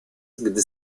gdy